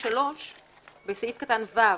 ואחרי "יפרסמן בעיתונים" יבוא "ובאתר האינטרנט"; (3)בסעיף קטן (ו),